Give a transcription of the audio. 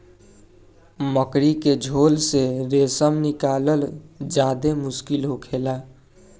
मकड़ी के झोल से रेशम निकालल ज्यादे मुश्किल होखेला